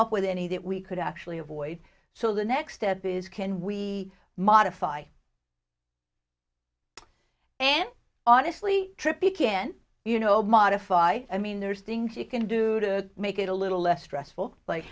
up with any that we could actually avoid so the next step is can we modify and honestly trippi can you know modify i mean there's things you can do to make it a little less stressful like